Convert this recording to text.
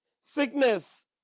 sickness